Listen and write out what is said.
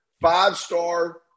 five-star